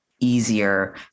easier